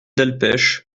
delpech